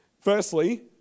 Firstly